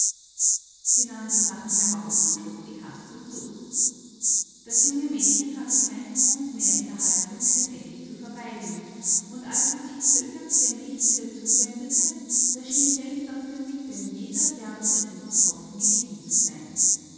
sie nahm die sachen heraus und schob die kasten zu das junge mädchen hatte keinen grund mehr in der halbdunklen ecke zu verweilen und als es sich zögernd dem licht wieder zuwendete da schien selbst aus den lippen jeder färbende blutstropfen gewichen zu sein